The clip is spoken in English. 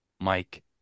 Mike